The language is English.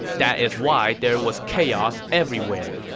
that is why there was chaos everywhere.